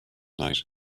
night